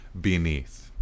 beneath